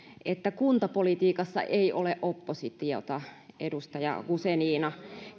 että kuntapolitiikassa ei ole oppositiota edustaja guzenina